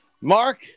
Mark